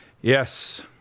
Yes